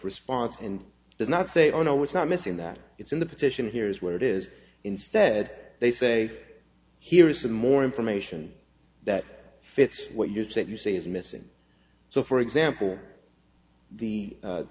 response and does not say oh no it's not missing that it's in the petition here is where it is instead they say here is some more information that fits what you said you say is missing so for example the